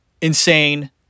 Insane